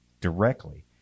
directly